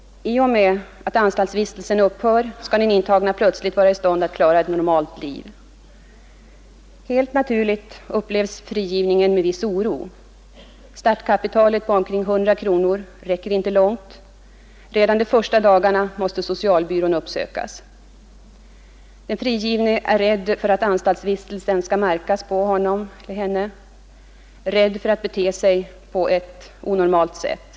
I och med att anstaltsvistelsen upphör skall den intagne plötsligt vara i stånd att klara ett normalt liv. Helt naturligt upplevs frigivningen med viss oro. Startkapitalet på omkring 100 kronor räcker inte långt. Redan de första dagarna måste socialbyrån uppsökas. Den frigivne är rädd för att 157 anstaltsvistelsen skall märkas på honom/henne, rädd för att inte bete sig på ett normalt sätt.